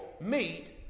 meet